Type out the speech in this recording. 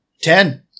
ten